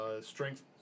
strength